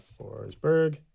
Forsberg